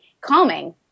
calming